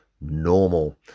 normal